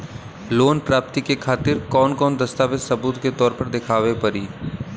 Loan प्राप्ति के खातिर कौन कौन दस्तावेज सबूत के तौर पर देखावे परी?